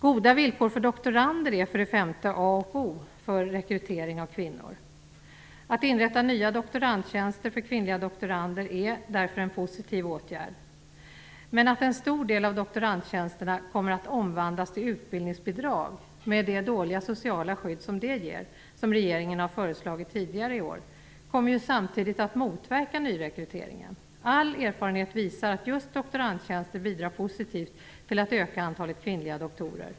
Goda villkor för doktorander är, för det femte, A och O för rekrytering av fler kvinnor. Att inrätta nya doktorandtjänster för kvinnliga doktorander är därför en positiv åtgärd. Men att en stor del av doktorandtjänsterna kommer att omvandlas till tjänster med utbildningsbidrag, med dåligt socialt skydd, som regeringen föreslagit tidigare i år, kommer samtidigt att motverka nyrekryteringen. All erfarenhet visar att just doktorandtjänster bidrar positivt till att öka antalet kvinnliga doktorer.